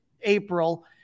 April